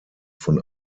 von